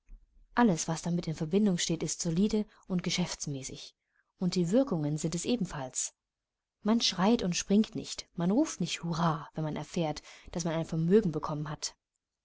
alles was damit in verbindung steht ist solide und geschäftsmäßig und die wirkungen sind es ebenfalls man schreit und springt nicht man ruft nicht hurrah wenn man erfährt daß man ein vermögen bekommen hat